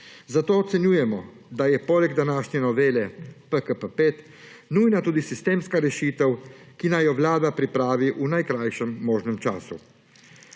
Zato ocenjujemo, da je poleg današnje novele PKP 5 nujna tudi sistemska rešitev, ki naj jo Vlada pripravi v najkrajšem možnem času.